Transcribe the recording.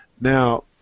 Now